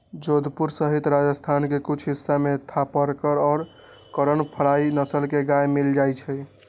जोधपुर सहित राजस्थान के कुछ हिस्सा में थापरकर और करन फ्राइ नस्ल के गाय मील जाहई